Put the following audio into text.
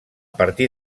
partir